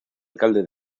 alcalde